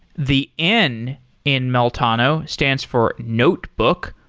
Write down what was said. the n in meltano stands for notebook.